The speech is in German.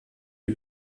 die